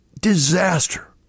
disaster